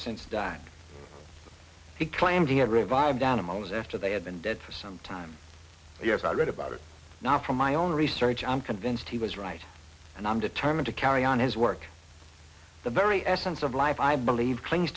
since died he claimed he had revived down a moment after they had been dead for some time yes i read about it not from my own research i'm convinced he was right and i'm determined to carry on his work the very essence of life i believe clings